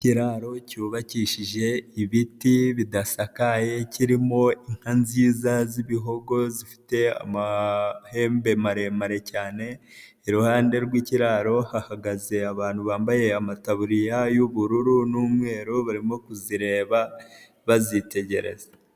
Ikiraro cyubakishije ibiti bidasakaye, kirimo inka nziza z'ibihogo zifite amahembe maremare cyane, iruhande rw'ikiraro hahagaze abantu bambaye amataburiya y'ubururu n'umweru, barimo kuzireba bazitegereza.